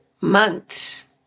months